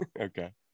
Okay